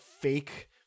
fake